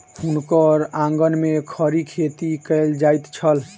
हुनकर आंगन में खड़ी खेती कएल जाइत छल